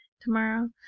tomorrow